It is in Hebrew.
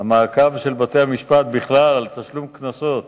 המעקב של בתי-המשפט בכלל על תשלום קנסות